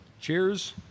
cheers